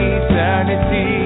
eternity